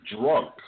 drunk